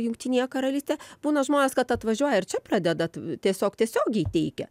jungtinėje karalystėje būna žmonės kad atvažiuoja ir čia pradeda tiesiog tiesiogiai teikia